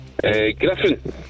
Griffin